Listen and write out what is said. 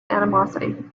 animosity